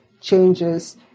changes